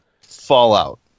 Fallout